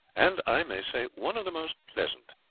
and, i may say, one of the most pleasant.